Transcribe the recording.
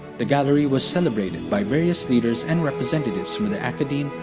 the gallery was celebrated by various leaders and representatives from the academe,